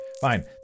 Fine